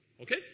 Okay